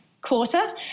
quarter